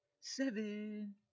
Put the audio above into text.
Seven